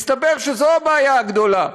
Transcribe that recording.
מסתבר שזו הבעיה הגדולה.